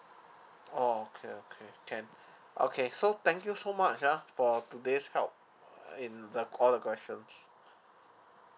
oh okay okay can okay so thank you so much ah for today's help uh in the all the questions